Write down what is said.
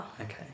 Okay